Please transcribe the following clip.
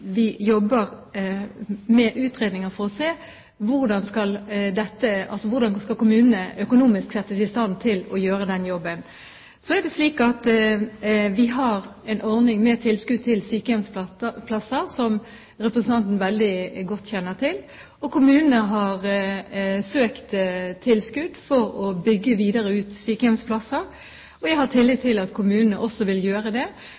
vi jobber med utredninger for å se på hvordan kommunene økonomisk skal settes i stand til å gjøre den jobben. Vi har en ordning med tilskudd til sykehjemsplasser, som representanten kjenner veldig godt til, og kommunene har søkt tilskudd for å bygge ut flere sykehjemsplasser. Jeg har tillit til at kommunene også vil gjøre det,